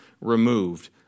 removed